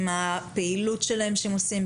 עם הפעילות שלהם שהם עושים,